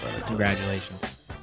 Congratulations